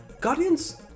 guardians